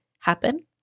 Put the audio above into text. happen